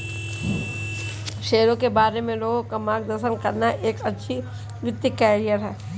शेयरों के बारे में लोगों का मार्गदर्शन करना एक अच्छा वित्तीय करियर है